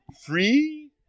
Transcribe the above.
Free